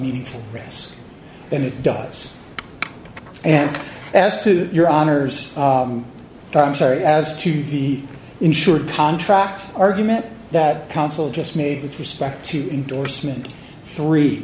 meaningful rests and it does and as to your honor's i'm sorry as to the insured contract argument that council just made with respect to endorsement three